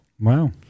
Wow